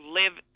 live